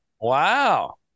Wow